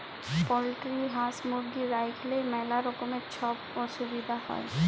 poultry হাঁস, মুরগি রাইখলেই ম্যালা রকমের ছব অসুবিধা হ্যয়